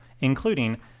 including